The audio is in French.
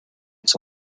mes